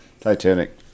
Titanic